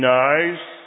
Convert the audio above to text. nice